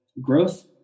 growth